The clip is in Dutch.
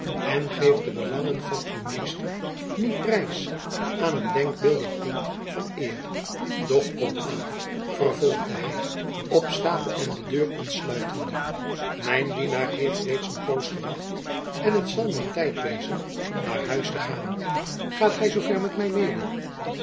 en geef de belangen van uw meester niet prijs aan een denkbeeldig punt van eer doch kom aan vervolgde hy opstaande en de deur ontsluitende mijn dienaar heeft reeds een poos gewacht en het zal mijn tijd wezen naar huis te gaan gaat gy zoo ver met my mede